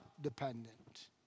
dependent